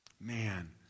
Man